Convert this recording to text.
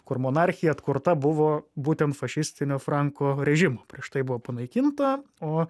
kur monarchija atkurta buvo būtent fašistinio franko režimu prieš tai buvo panaikinta o